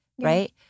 right